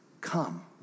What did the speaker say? come